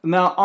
Now